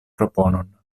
proponon